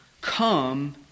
come